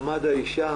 מעמד האשה,